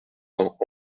cents